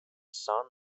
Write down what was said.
son